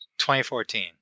2014